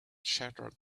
shattered